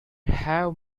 have